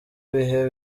bihe